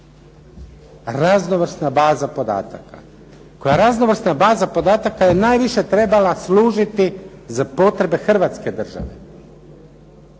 raznovrsna podataka. Koja raznovrsna baza podataka je najviše trebala služiti za potrebe hrvatske države.